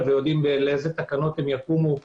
ויודעים לאילו תקנות הם יקומו בבוקר.